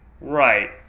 Right